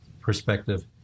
perspective